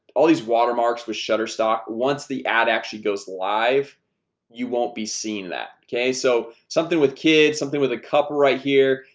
all these watermarks with shutterstock once the ad actually goes live you won't be seen that okay so something with kids something with a cup right here,